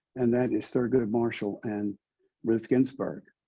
and that is thurgood marshall and ruth ginsburg.